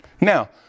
Now